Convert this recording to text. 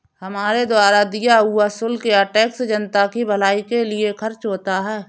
हमारे द्वारा दिया हुआ शुल्क या टैक्स जनता की भलाई के लिए खर्च होता है